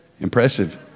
Impressive